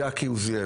יקי עוזיאל,